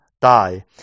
die